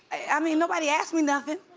i mean, nobody asked me nothing.